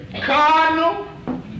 cardinal